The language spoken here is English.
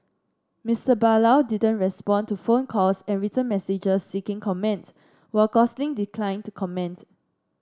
Mister Barlow didn't respond to phone calls and written messages seeking comment while Gosling declined to comment